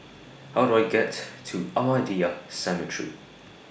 How Do I get to Ahmadiyya Cemetery